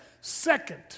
second